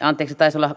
anteeksi taisi olla